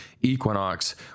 Equinox